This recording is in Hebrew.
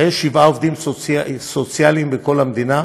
והיו שבעה עובדים סוציאליים בכל המדינה,